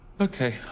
Okay